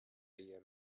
year